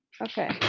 okay